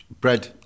bread